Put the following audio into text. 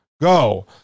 go